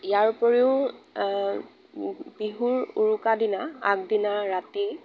ইয়াৰ উপৰিও বিহুৰ উৰুকা দিনা আগদিনাৰ ৰাতি